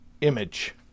image